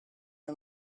nel